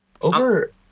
Over